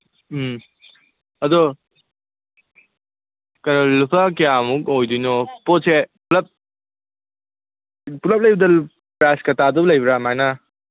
ꯎꯝ ꯑꯗꯨ ꯀꯩꯅꯣ ꯂꯨꯄꯥ ꯀꯌꯥꯃꯨꯛ ꯑꯣꯏꯗꯣꯏꯅꯣ ꯄꯣꯠꯁꯦ ꯄꯨꯂꯞ ꯄꯨꯂꯞ ꯂꯩꯕꯗ ꯄ꯭ꯔꯥꯏꯁꯀ ꯇꯥꯗꯧ ꯂꯩꯕ꯭ꯔꯥ ꯑꯗꯨꯃꯥꯏꯅ